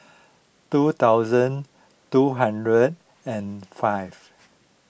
two thousand two hundred and five